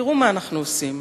תראו מה אנחנו עושים,